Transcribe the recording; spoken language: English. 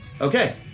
Okay